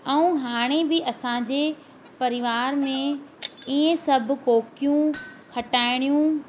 ऐं हाणे बि असांजे परिवार में इहे सभु कोकियूं खटाइणियूं